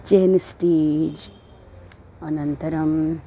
चेन् stitch अनन्तरम्